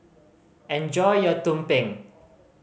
enjoy your tumpeng